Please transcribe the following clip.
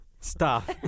stop